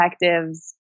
detectives